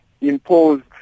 imposed